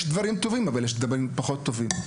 יש דברים טובים ודברים פחות טובים.